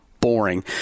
boring